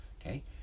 Okay